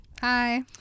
Hi